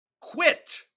quit